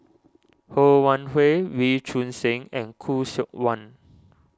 Ho Wan Hui Wee Choon Seng and Khoo Seok Wan